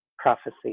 prophecy